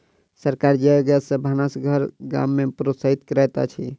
सरकार जैव गैस सॅ भानस घर गाम में प्रोत्साहित करैत अछि